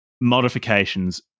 modifications